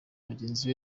mugenzi